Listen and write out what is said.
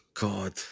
God